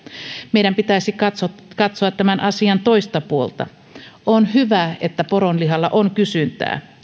meidän pitäisi katsoa tämän asian toista puolta on hyvä että poronlihalla on kysyntää